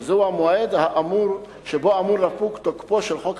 שזהו גם המועד שבו אמור לפוג תוקפו של חוק